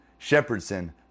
Shepardson